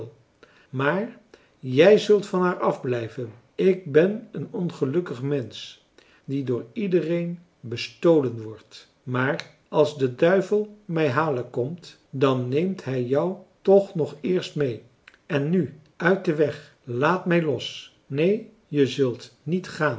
maar jij zult van haar afblijven ik ben een ongelukkig mensch die door iedereen bestolen wordt maar als de duivel mij halen komt dan neemt hij jou toch nog eerst mee en nu uit den weg laat mij los marcellus emants een drietal novellen neen je zult niet gaan